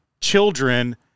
children